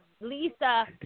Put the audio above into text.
Lisa